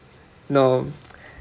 no